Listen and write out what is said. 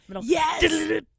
Yes